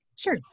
Sure